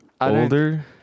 older